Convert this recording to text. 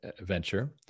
venture